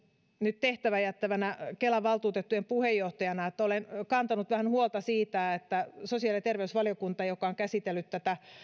nyt tehtävän jättävänä kelan valtuutettujen puheenjohtajana että olen kantanut vähän huolta siitä että sosiaali ja terveysvaliokunnassa joka on käsitellyt tätä